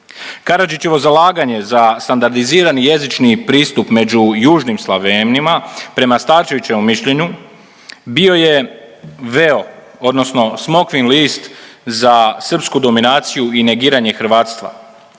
Karadžićevo zalaganje za standardizirani jezični pristup među južnim Slavenima prema Starčevićevom mišljenju bio je veo, odnosno smokvin list za srpsku dominaciju i negiranje hrvatstva.